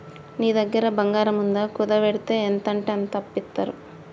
నీ దగ్గర బంగారముందా, కుదువవెడ్తే ఎంతంటంత అప్పిత్తరు